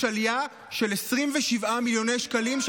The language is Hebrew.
יש עלייה של 27 מיליון שקלים,